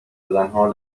زدنها